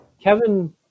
Kevin